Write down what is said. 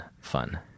Fun